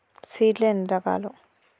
Seed లు ఎన్ని రకాలు?